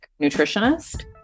nutritionist